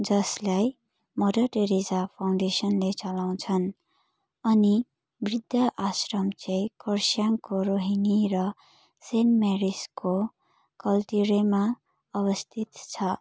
जसलाई Mother Teresa फाउन्डेसनले चलाउँछन् अनि वृद्ध आश्रम चाहिँ खरसाङको रोहिणी र सेन्ट मेरिजको कलतिरैमा अवस्थित छ